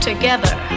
together